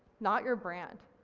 not your brand.